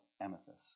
amethyst